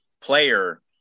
player